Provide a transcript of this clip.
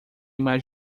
mais